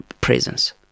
presence